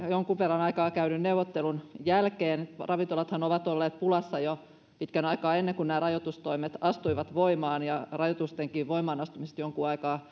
jonkun aikaa käydyn neuvottelun jälkeen ravintolathan ovat olleet pulassa jo pitkän aikaan ennen kuin nämä rajoitustoimet astuivat voimaan ja rajoitustenkin voimaan astumisesta